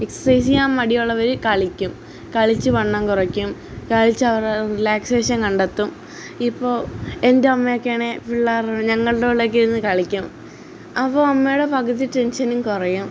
exercise ചെയ്യാൻ മടിയുള്ളവർ കളിക്കും കളിച്ചു വണ്ണം കുറയ്ക്കും കളിച്ചവരുടെ റിലാക്സേഷൻ കണ്ടെത്തും ഇപ്പോൾ എന്റമ്മയൊക്കെ ആണെ പിള്ളേരുടെ കൂടെ ഞങ്ങളുടെ കൂടെയൊക്കെയിരുന്നു കളിക്കും അപ്പോൾ അമ്മയുടെ പകുതി ടെൻഷനും കുറയും